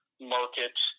market